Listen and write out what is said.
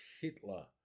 Hitler